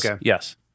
Yes